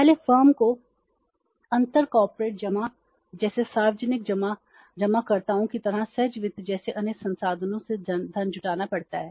पहले फर्म को अंतर कॉर्पोरेट जमा जैसे सार्वजनिक जमाकर्ताओं की तरह सहज वित्त जैसे अन्य संसाधनों से धन जुटाना पड़ता है